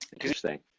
Interesting